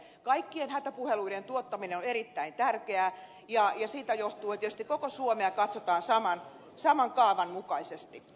kaikkien hätäpuheluiden tuottaminen on erittäin tärkeää ja siitä johtuu että koko suomea katsotaan saman kaavan mukaisesti